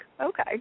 Okay